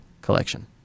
collection